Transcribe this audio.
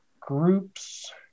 groups